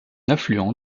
affluent